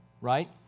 right